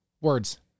words